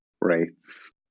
rates